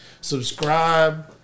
Subscribe